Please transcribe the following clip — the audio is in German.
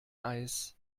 eis